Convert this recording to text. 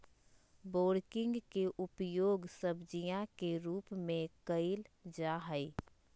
broccoli के उपयोग सब्जीया के रूप में कइल जाहई